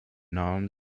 non